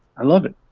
i love it.